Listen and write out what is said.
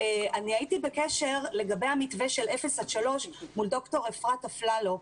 הייתי בקשר לגבי המתווה של גילי אפס עד שלוש מול דוקטור אפרת אפללו.